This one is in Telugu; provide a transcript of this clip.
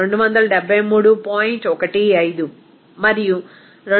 15 మరియు 273